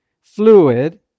fluid